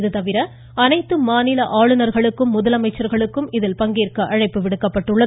இது தவிர அனைத்து மாநில ஆளுநர்களுக்கும் முதலமைச்சர்களுக்கும் இதில் பங்கேற்க அழைப்பு விடுக்கப்பட்டுள்ளது